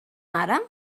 ara